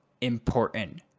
important